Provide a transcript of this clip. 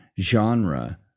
genre